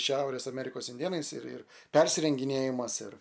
šiaurės amerikos indėnais ir persirenginėjimas ir